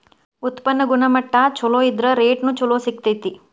ಉತ್ಪನ್ನ ಗುಣಮಟ್ಟಾ ಚುಲೊ ಇದ್ರ ರೇಟುನು ಚುಲೊ ಸಿಗ್ತತಿ